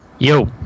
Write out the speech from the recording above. Yo